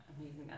Amazing